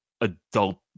adult